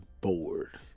bored